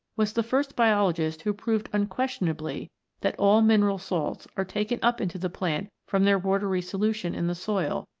was the first biologist who proved unquestionably that all mineral salts are taken up into the plant from their watery solution, in the soil,